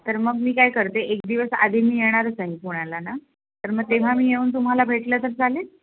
तर मग मी काय करते एक दिवस आधी मी येणारच आहे पुण्याला ना तर मग तेव्हा मी येऊन तुम्हाला भेटलं तर चालेल